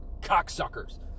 cocksuckers